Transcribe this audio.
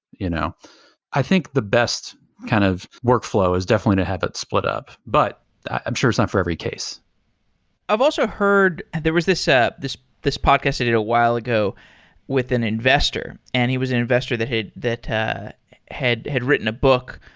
you know i think the best kind of workflow is definitely to have it split up. but i'm sure it's not for every case i've also heard there was this this this podcast i did a while ago with an investor. and he was an investor that had that had written a book,